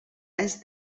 anys